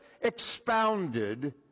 expounded